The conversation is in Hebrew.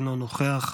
אינו נוכח,